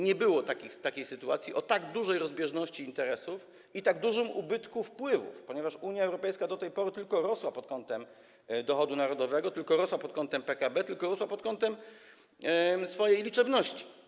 Nie było takiej sytuacji, o tak dużej rozbieżności interesów i tak dużym ubytku wpływów, ponieważ Unia Europejska do tej pory tylko rosła pod kątem dochodu narodowego, tylko rosła pod kątem PKB, tylko rosła pod kątem swojej liczebności.